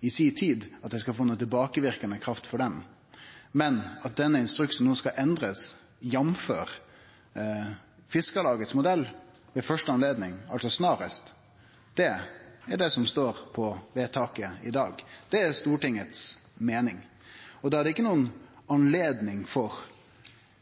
i si tid innførte. Men at denne instruksen no skal endrast – jf. modellen frå Fiskarlaget – ved første anledning, altså snarast, er det som er forslag til vedtak i dag. Det er Stortinget si meining. Da er det ikkje noka anledning for